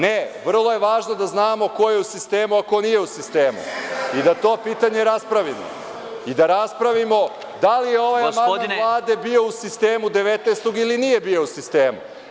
Ne, vrlo je važno da znamo ko je u sistemu, a ko nije u sistemu i da to pitanje raspravimo i da raspravimo da li je ovaj amandman Vlade bio u sistemu 19-og ili nije bio u sistemu.